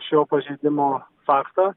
šio pažeidimo fakto